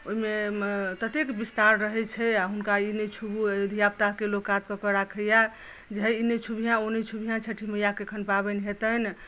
ओहिमे ततेक विस्तार रहै छै आ हुनका ई नहि छुबू धियापुताकेँ लोक कात कऽ केँ राखैया जे हइ ई नहि छुबिहें ओ नहि छुबिहें छठि मैयाकेँ एखन पाबनि हेतनि